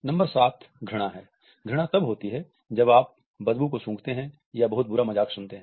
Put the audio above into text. number 7 घृणा है घृणा तब होती है जब आप बदबू को सूंघते हैं या बहुत बुरा मजाक सुनते हैं